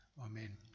Amen